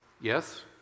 Yes